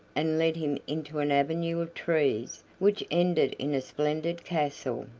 and led him into an avenue of trees which ended in a splendid castle.